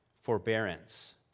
forbearance